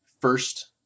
first